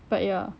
but ya